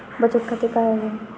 बचत खाते काय आहे?